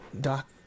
Doc